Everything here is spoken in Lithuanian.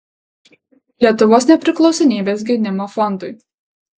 lietuvos nepriklausomybės gynimo fondui